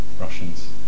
Russians